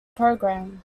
program